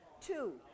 Two